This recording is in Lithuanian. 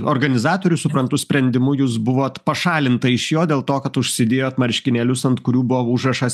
organizatorių suprantu sprendimu jūs buvot pašalinta iš jo dėl to kad užsidėjot marškinėlius ant kurių buvo užrašas